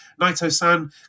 Naito-san